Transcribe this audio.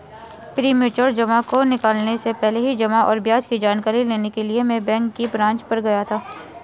premature जमा को निकलने से पहले जमा और ब्याज की जानकारी लेने के लिए मैं बैंक की ब्रांच पर गया था